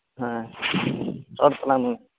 ᱦᱮᱸ